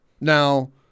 Now